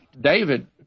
David